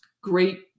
great